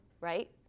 Right